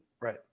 Right